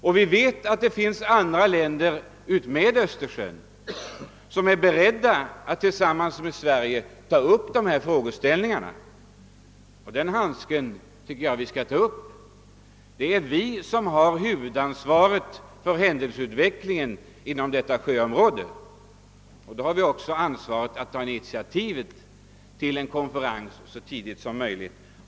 Vi vet också att det finns andra länder omkring Östersjön, som är beredda att tillsammans med Sverige ta upp dessa frågor. Denna handske tycker jag att vi skall ta upp. Det är vi som har huvudansvaret för utvecklingen beträffande Östersjöns vatten och då bör vi också ta initiativet till en konferens om dessa spörsmål så snart som möjligt.